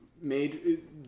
made